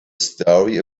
story